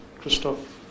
Christoph